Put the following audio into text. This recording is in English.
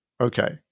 Okay